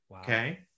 okay